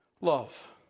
love